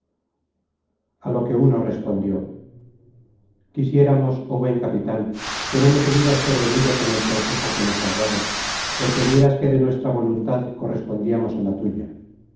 a lo que uno respondió quisiéramos joh buen capitan que no nos hubieras prevenido con el consejo que nos has dado porque vieras que de nuestra voluntad correspondiamos á la tuya